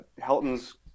Helton's